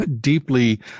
deeply